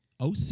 OC